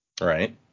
Right